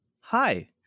Hi